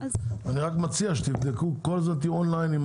אני רק מציע שתבדקו ותהיות און-ליין עם